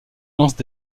lancent